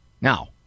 Now